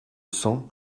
cents